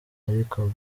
ariko